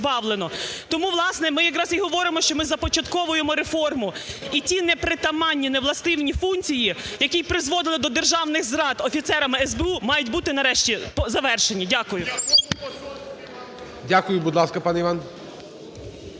Тому, власне, ми якраз і говоримо, що ми започатковуємо реформу, і ті непритаманні, невластиві функції, які й призводили до державних зрад офіцерами СБУ, мають бути нарешті завершені. Дякую. ГОЛОВУЮЧИЙ. Дякую. Будь ласка, пане Іван.